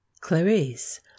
clarice